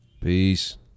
Peace